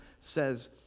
says